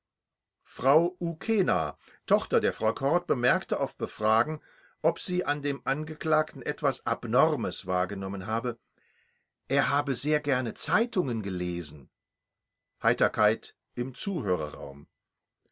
frau ukena tochter der frau kord bemerkte auf befragen ob sie an dem angeklagten etwas abnormes wahrgenommen habe er habe sehr gern zeitungen gelesen